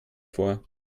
vor